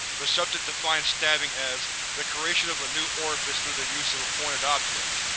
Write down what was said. the subject defined stabbing as the creation of a new orifice through the use of a pointed object.